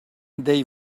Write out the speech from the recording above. they